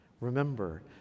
Remember